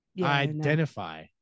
Identify